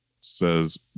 says